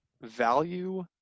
value